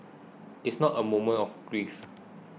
it's not a moment of grief